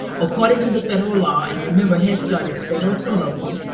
according to the federal law, and remember head start is federal to local,